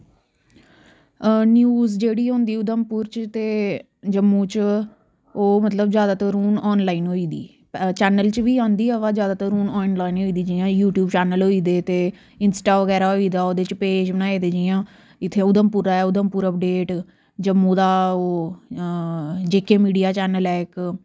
news जेह्ड़ी होंदी उधमपुर ते जम्मू च ओह् जैदातर हून आनलाइन होई दी चैनल च बी औंदी ऐ पर जैदातर हून आनलाइन होई दी यूट्यूब चैनल होई दे ते इंस्टा बगैरा होइया ओह्दे च पेज बनाए दे जि'यां इत्थै उधमपुरा उधमपुर अपडेट जम्मू दा ओह् जे के मीडिया चैनल ऐ इक